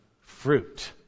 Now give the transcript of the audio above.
fruit